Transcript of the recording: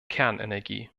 kernenergie